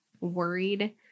worried